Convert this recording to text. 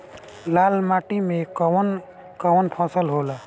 लाल माटी मे कवन कवन फसल होला?